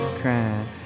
crying